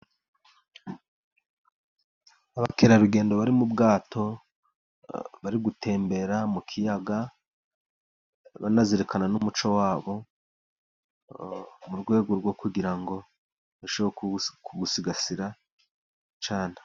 Abakerarugendo bari mu bwato, bari gutembera mu kiyaga, banazirikana n'umuco wabo, mu rwego rwo kugira ngo barusheho kuwusigasira cyane.